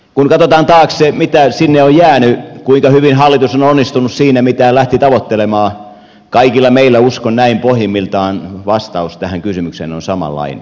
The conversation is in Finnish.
kun katsotaan taakse mitä sinne on jäänyt kuinka hyvin hallitus on onnistunut siinä mitä lähti tavoittelemaan kaikilla meillä uskon näin pohjimmiltaan vastaus tähän kysymykseen on samanlainen